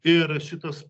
ir šitas